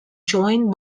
joined